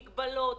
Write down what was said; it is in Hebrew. מגבלות.